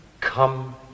come